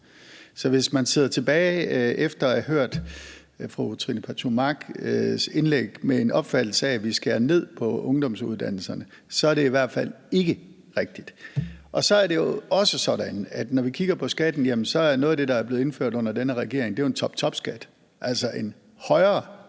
Så hvis man sidder tilbage efter at have hørt fru Trine Pertou Machs indlæg med en opfattelse af, at vi skærer ned på ungdomsuddannelserne, er det i hvert fald ikke rigtigt. Så er det jo også sådan, når vi kigger på skatten, at noget af det, der er blevet indført under denne regering, er en toptopskat, altså en højere skat for